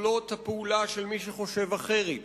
יכולות הפעולה של מי שחושב אחרת,